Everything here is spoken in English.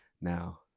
now